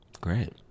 Great